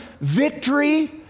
victory